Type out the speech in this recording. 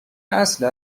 اصل